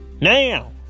now